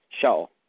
show